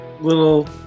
little